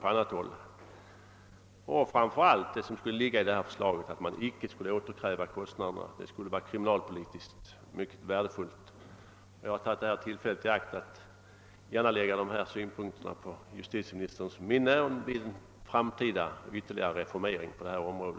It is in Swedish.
Men förslaget skulle framför allt innebära att samhället icke skulle återkräva kostnaderna, vilket skulle vara kriminalpolitiskt mycket värdefullt. Jag har velat ta tillfället i akt att framföra dessa synpunkter till justitieministern inför en framtida ytterligare reformering på detta område.